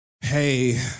hey